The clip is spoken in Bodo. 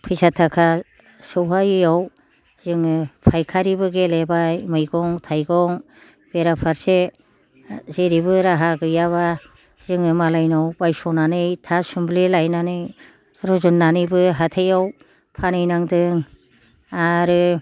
फैसा थाखा सौहायियाव जोङो फाइखारिबो गेलेबाय मैगं थाइगं बेरा फारसे जेरैबो राहा गैयाबा जोङो मालायनाव बायस'नानै थासुमब्लि लायनानै रुजुनानैबो हाथाइ आव फानहैनांदों आरो